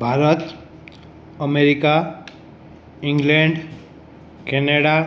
Bharat America England Canada